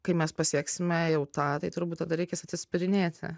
kai mes pasieksime jau tą tai turbūt tada reikės atsispirinėti